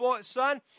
son